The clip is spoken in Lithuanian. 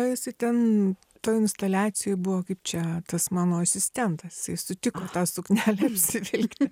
esi ten toj instaliacijoj buvo kaip čia tas mano asistentas jisai sutiko tą suknelę apsivilkti